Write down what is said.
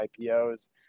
IPOs